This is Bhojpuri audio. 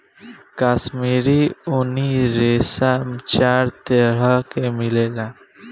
काश्मीरी ऊनी रेशा चार तरह के मिलेला